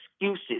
excuses